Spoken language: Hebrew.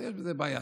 יש בזה בעיה,